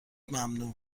ممنوع